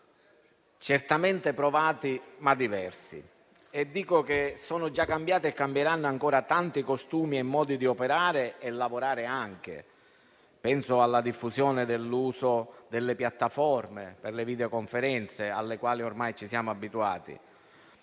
certamente provati, ma diversi. Sono già cambiati e cambieranno ancora tanti costumi e modi di operare e anche di lavorare. Penso alla diffusione dell'uso delle piattaforme per le videoconferenze, alle quali ormai ci siamo abituati.